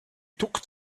took